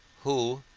who,